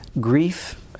grief